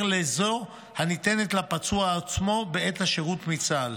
לזו הניתנת לפצוע עצמו בעת השירות בצה"ל